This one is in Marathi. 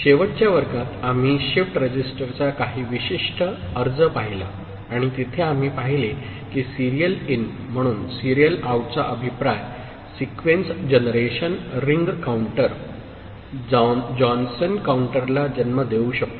शेवटच्या वर्गात आम्ही शिफ्ट रजिस्टरचा काही विशिष्ट अर्ज पाहिला आणि तिथे आम्ही पाहिले की सीरियल इन म्हणून सीरियल आउटचा अभिप्राय sequence generation ring counter Johnson काउंटरला जन्म देऊ शकतो